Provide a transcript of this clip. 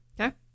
Okay